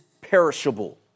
perishable